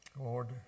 Lord